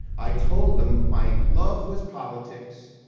i told them, my love was politics,